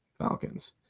falcons